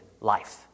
life